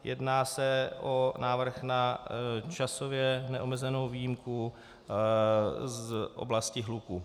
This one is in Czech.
Jedná se o návrh na časově neomezenou výjimku z oblasti hluku.